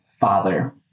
Father